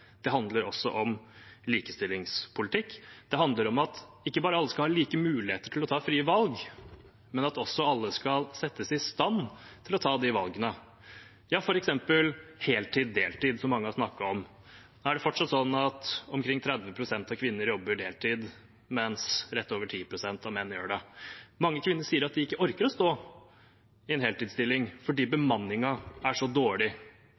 handler også om likestillingspolitikk. Det handler ikke bare om at alle skal ha like muligheter til å ta frie valg, men at også alle skal settes i stand til å ta de valgene. Når det gjelder f.eks. heltid/deltid, som mange har snakket om, er det fortsatt sånn at omkring 30 pst. av kvinner jobber deltid, mens rett over 10 pst. av menn gjør det. Mange kvinner sier at de ikke orker å stå i en heltidsstilling fordi bemanningen er så dårlig,